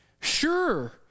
Sure